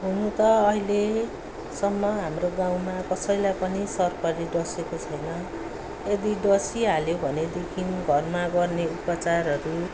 हुनु त अहिलेसम्म हाम्रो गाउँमा कसैलाई पनि सर्पले डसेको छैन यदि डसिहाल्यो भनेदेखि घरमा गर्ने उपचारहरू